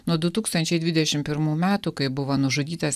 nuo du tūkstančiai dvidešimt pirmų metų kai buvo nužudytas